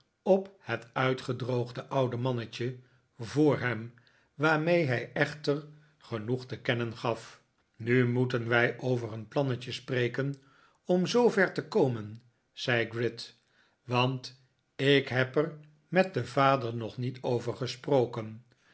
op het uitgedroogde oude mannetje voor hem waarmee hij echter genoeg te kennen gaf nu moeten wij over een plannetje spreken om zoover te komen zei gride want ik heb er met den vader nog niet over gesproken